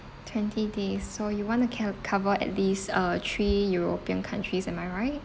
twenty days so you want to cal~ cover at least uh three european countries am I right